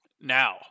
Now